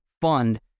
fund